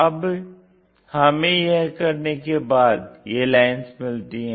अब हमें यह करने के बाद ये लाइन्स मिलती हैं